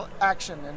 action